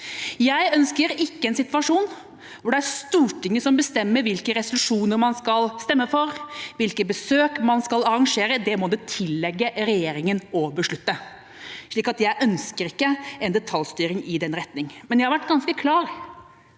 Jeg ønsker ikke en situasjon hvor det er Stortinget som bestemmer hvilke resolusjoner man skal stemme for, hvilke besøk man skal arrangere – det må det tilligge regjeringen å beslutte. Så jeg ønsker ikke en detaljstyring i den retning. Jeg var ganske klar